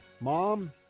Mom